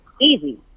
Easy